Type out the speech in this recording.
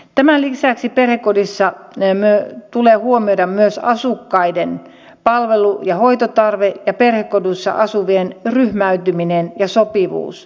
tämän lisäksi perhekodissa tulee huomioida myös asukkaiden palvelu ja hoitotarve ja perhekodissa asuvien ryhmäytyminen ja sopivuus keskenään